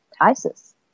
ISIS